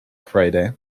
friday